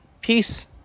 Peace